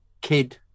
Kid